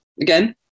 again